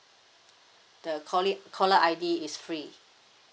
the caller caller I_D is free